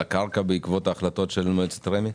הקרקע בעקבות ההחלטות של מועצת רמ"י?